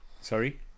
sorry